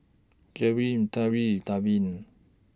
Jerrilyn Davin